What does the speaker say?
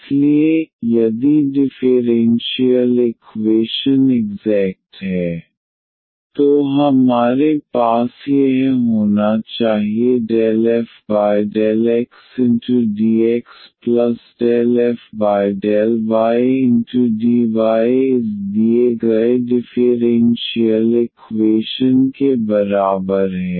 इसलिए यदि differential equation exact है तो हमारे पास यह होना चाहिए ∂f∂xdx∂f∂ydy इस दिए गए डिफ़ेरेन्शियल इक्वेशन के बराबर है